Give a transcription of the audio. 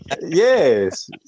Yes